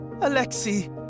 Alexei